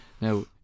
now